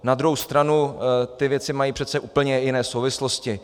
Na druhou stranu ty věci mají přece úplně jiné souvislosti.